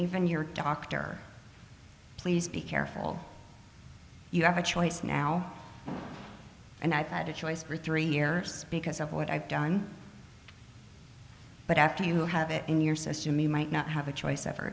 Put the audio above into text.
even your doctor please be careful you have a choice now and i thought of choice for three years because of what i've done but after you have it in your system you might not have a choice ever